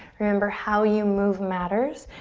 remember how you move matters.